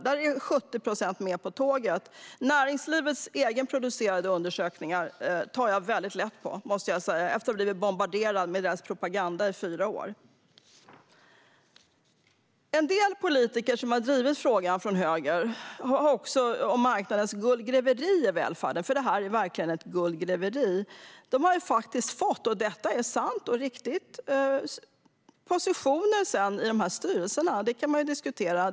Där är 70 procent med på tåget. Näringslivets egenproducerade undersökningar tar jag väldigt lätt på, måste jag säga, efter att blivit bombarderad med deras propaganda i fyra år. En del politiker från höger som har drivit frågan om marknadens guldgräveri i välfärden - för det är verkligen guldgräveri - har sedan faktiskt fått positioner i de här styrelserna. Detta är sant och riktigt, och man kan diskutera det.